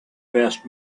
best